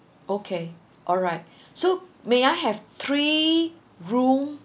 okay alright so may I have three room